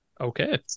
Okay